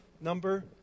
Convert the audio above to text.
number